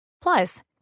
Plus